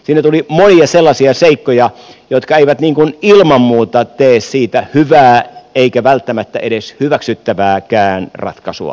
siinä tuli monia sellaisia seikkoja jotka eivät niin kuin ilman muuta tee siitä hyvää eikä välttämättä edes hyväksyttävääkään ratkaisua